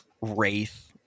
wraith